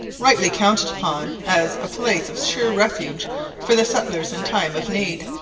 rightly counted upon as a place of sure refuge for the settlers in time of need.